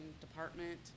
department